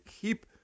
keep